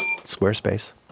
Squarespace